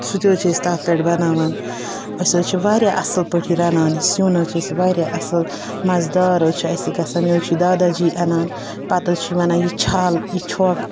سُہ تہِ حظ چھِ أسۍ تَتھ پٮ۪ٹھ بَناوان أسۍ حظ چھِ واریاہ اَصٕل پٲٹھۍ یہِ رَنان یہِ سیُٚن حظ چھِ أسۍ واریاہ اَصٕل مَزٕدار حظ چھِ اَسہِ گژھان مےٚ حظ چھِ داداجی اَنان پَتہٕ حظ چھِ وَنان یہِ چھَل یہِ چھوٚکھ